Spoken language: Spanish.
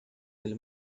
del